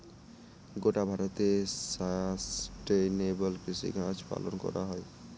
গোটা ভারতে সাস্টেইনেবল কৃষিকাজ পালন করা হয়